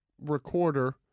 recorder